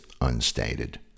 unstated